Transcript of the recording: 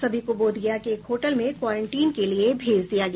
सभी को बोधगध के एक होटल में क्वारेंटीन के लिए भेज दिया गया